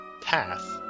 path